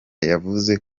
yavuze